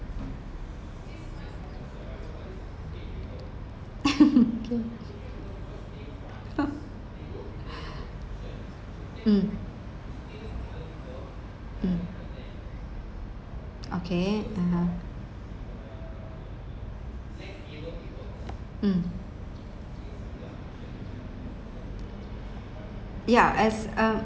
mm mm okay uh mm yeah as uh